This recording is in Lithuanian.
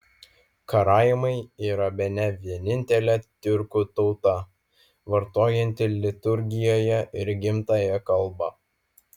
karaimai yra bene vienintelė tiurkų tauta vartojanti liturgijoje ir gimtąją kalbą